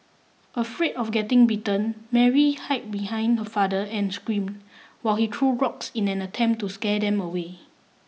afraid of getting bitten Mary hid behind her father and screamed while he threw rocks in an attempt to scare them away